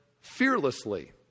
fearlessly